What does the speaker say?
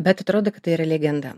bet atrodo tai yra legenda